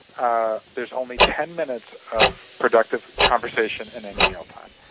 ah there's only ten minutes of productivity conversation in any meal time.